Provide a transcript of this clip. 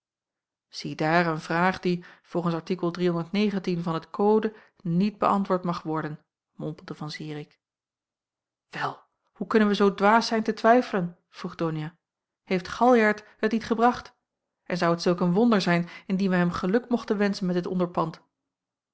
ziedaar een vraag die volgens van het code niet beäntwoord mag worden mompelde van zirik wel hoe kunnen wij zoo dwaas zijn te twijfelen vroeg donia heeft galjart het niet gebracht en zou het zulk een wonder zijn indien wij hem geluk mochten wenschen met dit onderpand